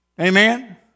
Amen